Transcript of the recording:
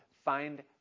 find